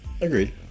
agreed